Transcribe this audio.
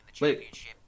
Wait